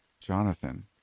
Jonathan